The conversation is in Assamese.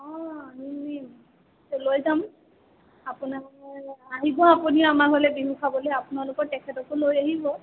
অঁ নিম নিম লৈ যাম আপোনালোকৈ আহিব আপুনিও আমাৰ ঘৰলৈ বিহু খাবলৈ আপোনালকৰ তেখেতকো লৈ আহিব